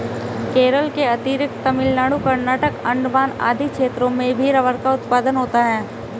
केरल के अतिरिक्त तमिलनाडु, कर्नाटक, अण्डमान आदि क्षेत्रों में भी रबर उत्पादन होता है